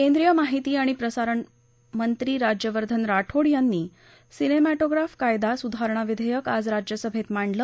केंद्रीय माहिती अणि प्रसारणमंत्री राज्यवर्धन राठोड यांनी सिनेमॅटोप्राफ कायदा सुधारणा विधेयक आज राज्यसभेत मांडलं